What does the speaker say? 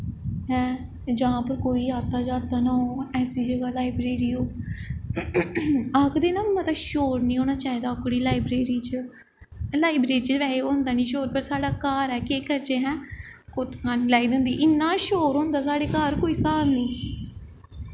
हैं जां फिर कोई आता जाता ना हो ऐसी जगह् लाईब्रेरी हो आखदे ना मता शोर निं होना चाहिदा ओह्कड़ी लाईब्रेरी च लाईब्रेरी च बैसे होंदे निं शोर पर साढ़ घर ऐ केह् करचे हैं खुत्तखान लाई दी होंदा इन्ना शोर होंदा साढ़े घर कोई स्हाब निं